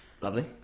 Lovely